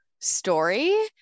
story